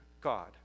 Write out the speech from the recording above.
god